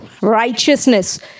righteousness